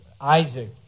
Isaac